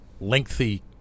Lengthy